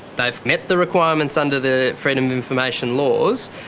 they've met the requirements under the freedom of information laws,